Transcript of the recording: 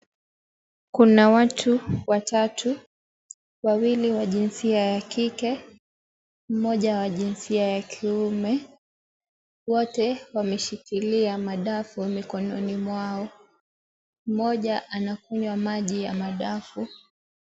Kuna watu watatu, wawili wa jinsia ya kike mmoja wa jinsia ya kiume. Wote wameshikilia madafu mikononi mwao, mmoja anakunywa maji ya madafu.